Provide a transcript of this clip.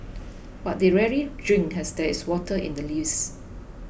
but they rarely drink as there is water in the leaves